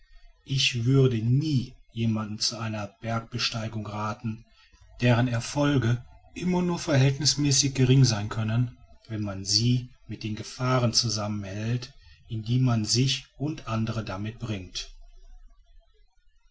ich würde nie jemandem zu einer bergbesteigung rathen deren erfolge immer nur verhältnißmäßig gering sein können wenn man sie mit den gefahren zusammenhält in die man sich und andere damit bringt